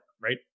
right